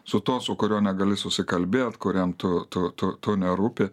su tuo su kuriuo negali susikalbėt kuriam tu tu tu tu nerūpi